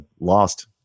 Lost